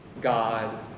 God